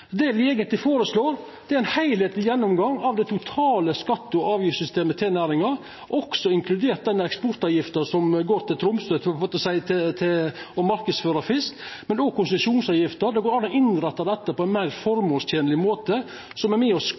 Det me eigentleg føreslår, er ein heilskapleg gjennomgang av det totale skatte- og avgiftssystemet til næringa, inkludert eksportavgifta til Tromsø for å marknadsføra fisk, men òg konsesjonsavgifta. Det går an å innretta detta på ein meir formålstenleg måte, som er med